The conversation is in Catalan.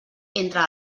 entre